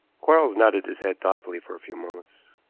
quarles nodded his head thoughtfully for few moments.